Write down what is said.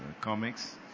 comics